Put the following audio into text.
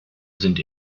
sind